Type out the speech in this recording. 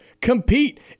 Compete